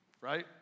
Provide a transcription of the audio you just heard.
right